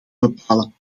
bepalen